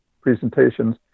presentations